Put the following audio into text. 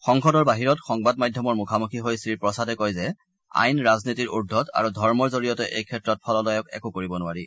সংসদৰ বাহিৰত সংবাদ মাধ্যমৰ মুখামুখি হৈ শ্ৰী প্ৰসাদে কয় যে আইন ৰাজনীতিৰ উৰ্ধবত আৰু ধৰ্মৰ জৰিয়তে এই ক্ষেত্ৰত ফলদায়ক একো কৰিব নোৱাৰি